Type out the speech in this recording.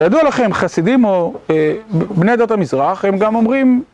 ידוע לכם חסידים או א... בני דעת המזרח, הם גם אומרים...